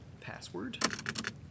Password